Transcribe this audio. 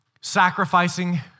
sacrificing